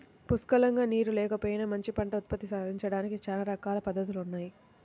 పుష్కలంగా నీరు లేకపోయినా మంచి పంట ఉత్పత్తి సాధించడానికి చానా రకాల పద్దతులున్నయ్